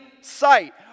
sight